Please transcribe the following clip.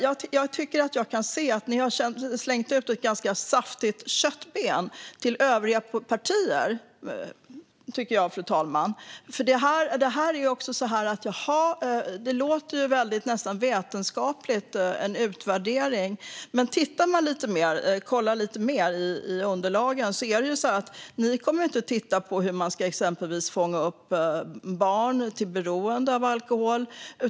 Jag tycker mig se att ni har slängt ut ett ganska saftigt köttben till övriga partier. En utvärdering - det låter ju nästan vetenskapligt. Men kollar man lite mer i underlagen kan man se att ni exempelvis inte kommer att titta på hur man ska fånga upp barn till personer beroende av alkohol.